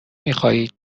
میخواهید